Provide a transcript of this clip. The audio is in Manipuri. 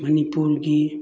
ꯃꯅꯤꯄꯨꯔꯒꯤ